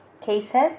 cases